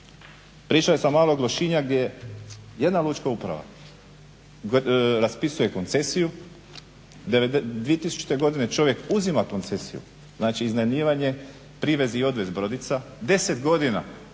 Priča je sa Malog Lošinja gdje jedna lučka uprava raspisuje koncesiju, 2000. čovjek uzima koncesiju, znači iznajmljivanje, privez i odvez brodica, 10 godina